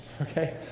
Okay